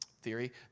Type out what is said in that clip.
theory